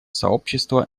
сообщества